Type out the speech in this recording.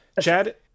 Chad